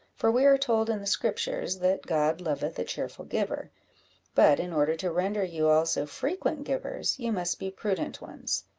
for we are told in the scriptures that god loveth a cheerful giver but, in order to render you also frequent givers, you must be prudent ones.